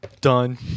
done